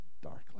darkly